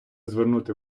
звернути